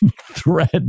thread